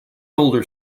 older